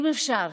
אם אפשר,